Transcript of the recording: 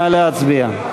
נא להצביע.